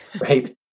right